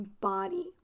body